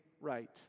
right